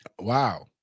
Wow